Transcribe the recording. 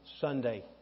Sunday